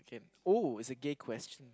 okay oh it's a gay question